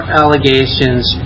allegations